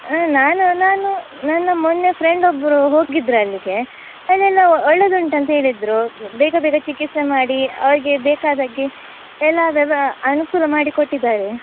ಹಾಂ ನಾನು ನಾನು ನನ್ನ ಮೊನ್ನೆ ಫ್ರೆಂಡೊಬ್ಬರು ಹೋಗಿದ್ರು ಅಲ್ಲಿಗೆ ಅಲ್ಲೆಲ್ಲ ಒಳ್ಳೆದುಂಟು ಅಂತ ಹೇಳಿದ್ರು ಬೇಗ ಬೇಗ ಚಿಕಿತ್ಸೆ ಮಾಡಿ ಅವರಿಗೆ ಬೇಕಾದಾಗೆ ಎಲ್ಲಾ ವ್ಯವ ಅನುಕೂಲ ಮಾಡಿ ಕೊಟ್ಟಿದ್ದಾರೆ